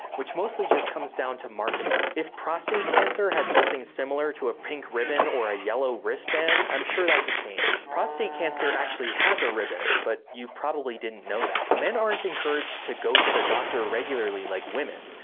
which mostly comes down to marketing. if prostate cancer had something similar to a pink ribbon or a yellow wristband, i'm sure that could change. prostate cancer actually has a ribbon but you probably didn't know that. men aren't encouraged to go to the doctor regularly like women,